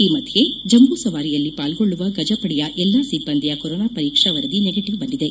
ಈ ಮಧ್ಯೆ ಜಂಬೂಸವಾರಿಯಲ್ಲಿ ಪಾಲ್ಗೊಳ್ಳುವ ಗಜಪಡೆಯ ಎಲ್ಲಾ ಸಿಬ್ಬಂದಿಯ ಕೊರೊನಾ ಪರೀಕ್ಷಾ ವರದಿ ನೆಗೆಟಿವ್ ಬಂದಿದೆ